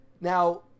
now